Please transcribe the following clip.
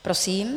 Prosím.